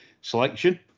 selection